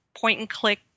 point-and-click